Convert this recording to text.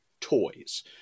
toys